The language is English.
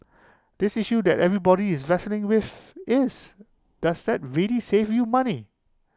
this issue that everybody is wrestling with is does that really save you money